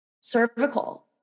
cervical